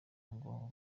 ngo